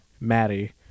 Maddie